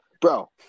bro